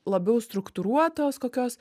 labiau struktūruotos kokios